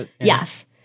Yes